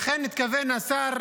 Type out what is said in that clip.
לכן התכוון השר